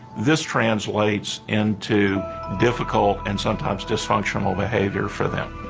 this translates into difficult and sometimes dysfunctional behavior for them.